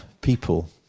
people